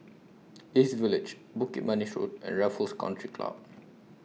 East Village Bukit Manis Road and Raffles Country Club